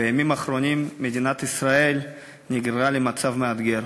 בימים האחרונים מדינת ישראל נגררה למצב מאתגר,